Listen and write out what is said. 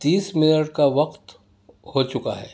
تیس منٹ کا وقت ہو چکا ہے